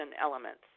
elements